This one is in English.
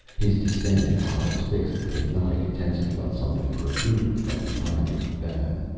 his distended eyes fixed with hypnotic intensity on something protruding from behind a divan.